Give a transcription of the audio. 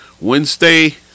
Wednesday